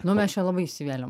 nu mes čia labai įsivėlėm